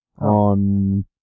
on